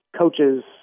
coaches